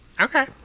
okay